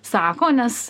sako nes